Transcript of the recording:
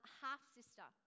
half-sister